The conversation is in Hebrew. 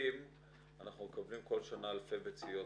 אם אנחנו מקבלים כל שנה אלפי ביציות